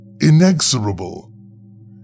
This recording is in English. inexorable